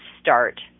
start